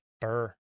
Burr